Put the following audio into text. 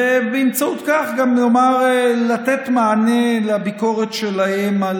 ובאמצעות כך גם לתת מענה לביקורת שלהם על